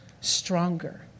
stronger